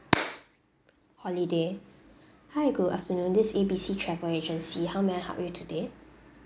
holiday hi good afternoon this A B C travel agency how may I help you today